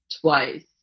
twice